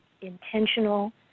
intentional